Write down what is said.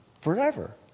Forever